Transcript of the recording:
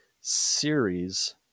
series